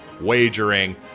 wagering